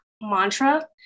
mantra